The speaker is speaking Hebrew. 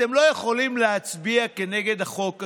אתם לא יכולים להצביע נגד החוק הזה.